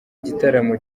gitaramo